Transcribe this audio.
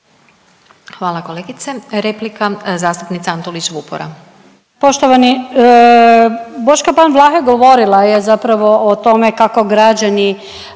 Hvala kolegice. Replika zastupnica Antolić Vupora.